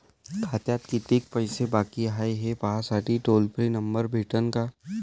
खात्यात कितीकं पैसे बाकी हाय, हे पाहासाठी टोल फ्री नंबर भेटन का?